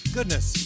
Goodness